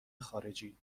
خارجی